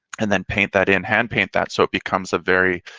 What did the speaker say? and then paint that in hand paint that. so, it becomes a very,